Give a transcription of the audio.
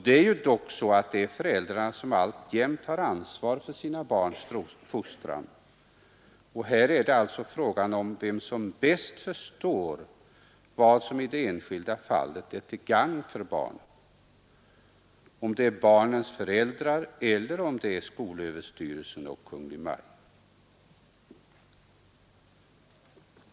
Det är ju ändå föräldrarna som alltjämt har ansvar för sina barns fostran, och här är det alltså fråga om vem som bäst förstår vad som i det enskilda fallet är till gagn för barnen, om det är barnens föräldrar eller om det är skolöverstyrelsen och Kungl. Maj:t.